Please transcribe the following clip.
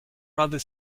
rather